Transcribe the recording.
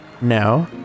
No